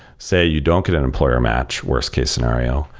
say you don't get an employer match, worst case scenario.